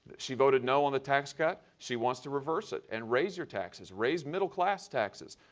she voted no on the tax cut. she wants to reverse it and raise your taxes, raise middle class taxes.